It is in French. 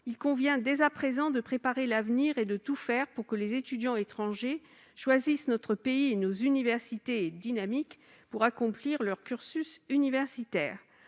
il convient dès à présent de préparer l'avenir et de tout faire pour que les étudiants étrangers choisissent notre pays et nos universités dynamiques pour accomplir leur cursus universitaire.